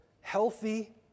healthy